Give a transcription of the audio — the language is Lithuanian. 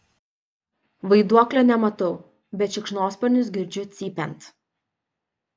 vaiduoklio nematau bet šikšnosparnius girdžiu cypiant